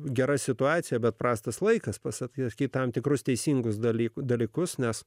gera situacija bet prastas laikas pasak jos į tam tikrus teisingus dalykų dalykus nes